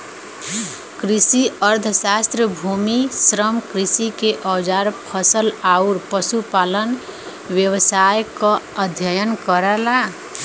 कृषि अर्थशास्त्र भूमि, श्रम, कृषि के औजार फसल आउर पशुपालन व्यवसाय क अध्ययन करला